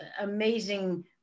amazing